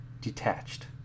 detached